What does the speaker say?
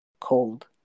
cold